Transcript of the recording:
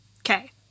Okay